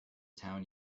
town